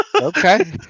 Okay